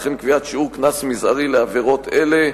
וכן קביעת שיעור קנס מזערי לעבירות אלה.